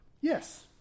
yes